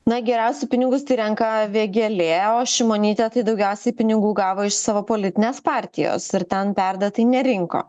na geriausiai pinigus tai renka vėgėlė o šimonytė tai daugiausiai pinigų gavo iš savo politinės partijos ir ten perdėtai nerinko